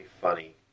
funny